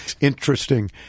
Interesting